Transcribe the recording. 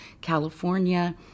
California